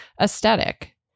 aesthetic